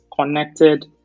connected